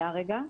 רק רגע.